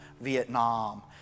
Vietnam